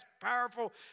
powerful